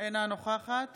אינה נוכחת